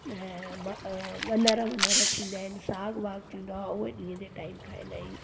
gunner वनर थींदा आहिनि साग वाग थींदो आहे उहे ॾींहं जे टाइम खाईंदा आहियूं